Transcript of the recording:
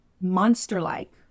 monster-like